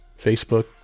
facebook